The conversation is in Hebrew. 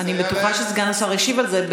אני בטוחה שסגן השר ישיב על זה.